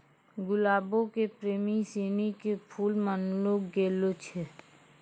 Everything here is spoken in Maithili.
गुलाबो के प्रेमी सिनी के फुल मानलो गेलो छै